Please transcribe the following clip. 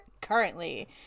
currently